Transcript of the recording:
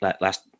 last